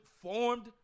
formed